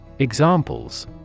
Examples